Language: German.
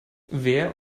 wer